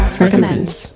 recommends